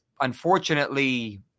unfortunately